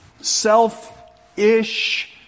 self-ish